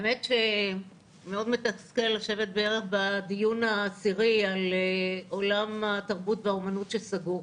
האמת שמאוד מתסכל לשבת בערך בדיון העשירי על עולם התרבות והאמנות שסגור,